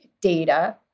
data